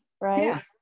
right